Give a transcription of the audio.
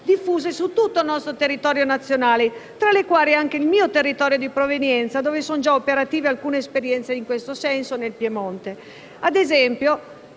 diffuse su tutto il territorio nazionale, tra le quali anche il mio territorio di provenienza, il Piemonte, dove sono già operative alcune esperienze in questo senso. Ad esempio,